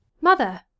Mother